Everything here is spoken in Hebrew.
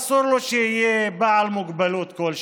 אסור לו להיות בעל מוגבלות כלשהי,